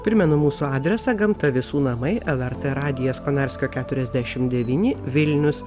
primenu mūsų adresą gamta visų namai lrt radijas konarskio keturiasdešimt devyni vilnius